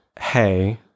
hey